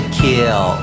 kill